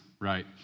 right